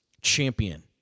champion